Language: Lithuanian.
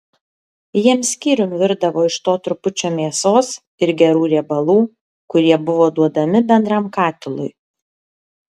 jiems skyrium virdavo iš to trupučio mėsos ir gerų riebalų kurie buvo duodami bendram katilui